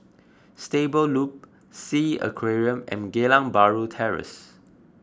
Stable Loop Sea Aquarium and Geylang Bahru Terrace